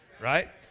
right